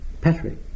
Patrick